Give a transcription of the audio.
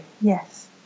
yes